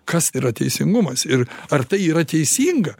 kas yra teisingumas ir ar tai yra teisinga